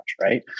right